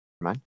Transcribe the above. mind